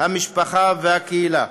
משפחה וקהילה.